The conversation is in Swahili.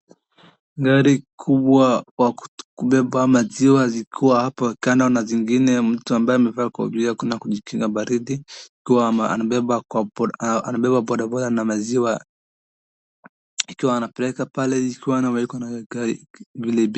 Gari kubwa kwa kubeba maziwa zikiwa hapo kando na zingine, mtu ambaye amevaa kofia hakuna kujikinga baridi, ikiwa anabeba kwa boda, anabeba bodaboda na maziwa, ikiwa anapeleka pale ikiwa na vile...